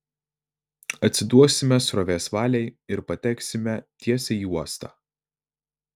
atsiduosime srovės valiai ir pateksime tiesiai į uostą